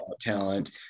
talent